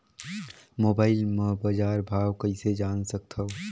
Mobile म बजार भाव कइसे जान सकथव?